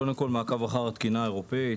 קודם כל מעקב אחר התקינה האירופאית.